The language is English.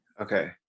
Okay